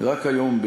רק היום,